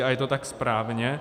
A je to tak správně.